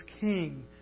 King